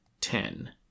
Ten